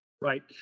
Right